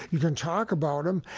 you can talk about him?